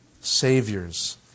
saviors